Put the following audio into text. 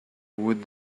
would